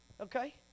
Okay